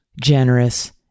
generous